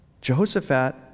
Jehoshaphat